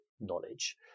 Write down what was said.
knowledge